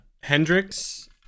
Hendrix